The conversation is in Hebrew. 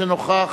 שנוכח.